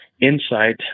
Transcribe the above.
insight